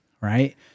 Right